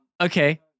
Okay